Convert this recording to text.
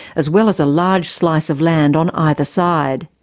as well as a large slice of land on either side.